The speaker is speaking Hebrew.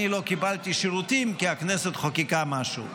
אני לא קיבלתי שירותים, כי הכנסת חוקקה משהו.